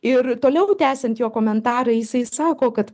ir toliau tęsiant jo komentarą jisai sako kad